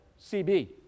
CB